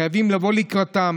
חייבים לבוא לקראתם.